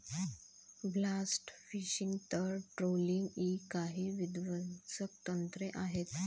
blast fishing, तळ trawling इ काही विध्वंसक तंत्रे आहेत